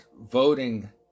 voting